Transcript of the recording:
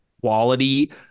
quality